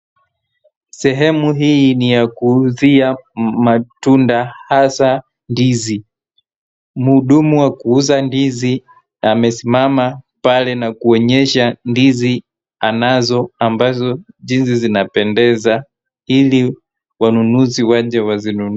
Sehemu hii ni yakuuzia matunda hasa ndizi. Mudumu wa kuuza ndizi amesimama pale na kuonyesha ndizi anazo ambazo jinsi zinapendeza ili wananunuzi waje wazinunue.